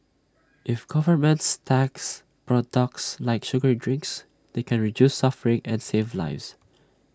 if governments tax products like sugary drinks they can reduce suffering and save lives